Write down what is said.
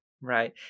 Right